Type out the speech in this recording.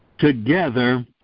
Together